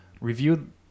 reviewed